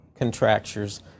contractures